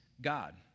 God